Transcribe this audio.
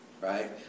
right